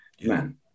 man